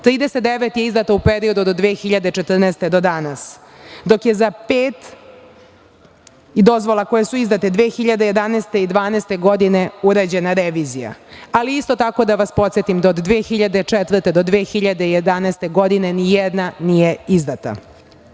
39 je izdato u periodu od 2014. godine do danas, dok je za pet dozvola koje su izdate 2011. i 2012. godine urađena revizija. Isto tako da vas podsetim da od 2004. do 2011. godine nijedna nije izdata. Budući